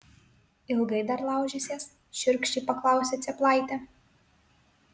ilgai dar laužysies šiurkščiai paklausė cėplaitė